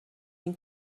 این